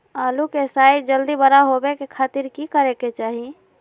आलू के साइज जल्दी बड़ा होबे के खातिर की करे के चाही?